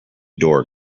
door